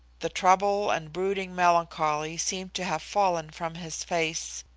the trouble and brooding melancholy seemed to have fallen from his face.